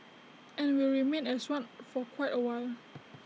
and will remain as one for quite A while